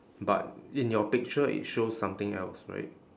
but in your picture it shows something else right